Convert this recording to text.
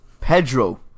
Pedro